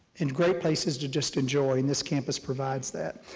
and great places to just enjoy, and this campus provides that.